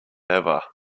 ever